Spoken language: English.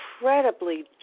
incredibly